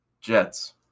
Jets